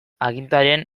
agintarien